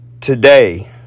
Today